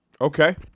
Okay